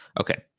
Okay